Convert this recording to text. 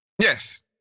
Yes